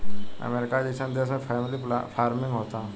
अमरीका जइसन देश में फैमिली फार्मिंग होता